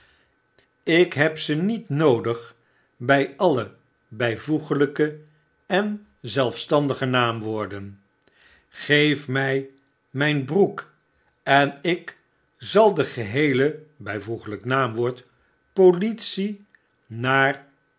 ik heb ze met noodig bij alle byvoegelyke en zelfstandige naamwoorden geef mij mijn broek en ik zal degeheele byvl n w politie naar